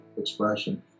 expression